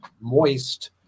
moist